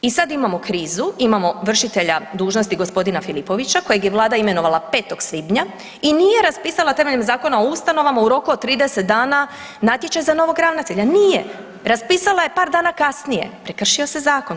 I sad imamo krizu, imamo vršitelja dužnosti gospodina Filipovića kojeg je Vlada imenovala 5. svibnja i nije raspisala temeljem Zakona o ustanovama u roku od 30 dana natječaj za novog ravnatelja, nije, raspisala je par dana kasnije, prekršio se zakon.